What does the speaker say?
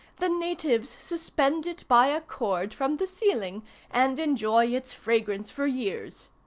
the natives suspend it by a cord from the ceiling and enjoy its fragrance for years.